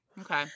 Okay